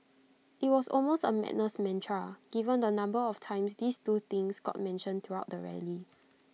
IT was almost A madness mantra given the number of times these two things got mentioned throughout the rally